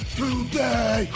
today